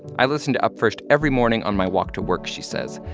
i listen to up first every morning on my walk to work, she says.